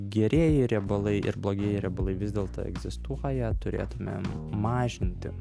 gerieji riebalai ir blogieji riebalai vis dėlto egzistuoja turėtumėm mažinti